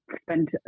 spent